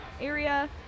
area